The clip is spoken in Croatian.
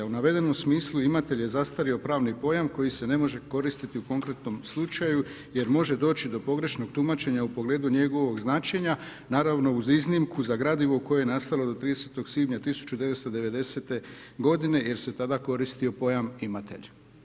U navedenom smislu „imatelj“ je zastario pravni pojam koji se ne može koristiti u konkretnom slučaju jer može doći do pogrešnog tumačenja u pogledu njegovog značenja, naravno uz iznimku za gradivo koje je nastalo do 30. svibnja 1990. g. jer se tada koristio pojam „imatelj“